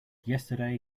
yesterday